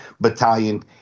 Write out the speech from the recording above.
battalion